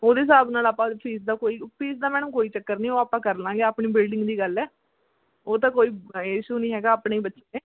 ਉਹਦੇ ਹਿਸਾਬ ਨਾਲ ਆਪਾਂ ਫੀਸ ਦਾ ਕੋਈ ਫੀਸ ਦਾ ਮੈਡਮ ਕੋਈ ਚੱਕਰ ਨਹੀਂ ਉਹ ਆਪਾਂ ਕਰ ਲਵਾਂਗੇ ਆਪਣੀ ਬਿਲਡਿੰਗ ਦੀ ਗੱਲ ਹੈ ਉਹ ਤਾਂ ਕੋਈ ਇਸ਼ੂ ਨਹੀਂ ਹੈਗਾ ਆਪਣੇ ਹੀ ਬੱਚੇ ਨੇ